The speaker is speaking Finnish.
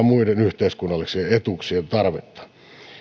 muiden yhteiskunnallisien etuuksien tarvetta